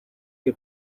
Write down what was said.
que